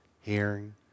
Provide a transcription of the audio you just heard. Hearing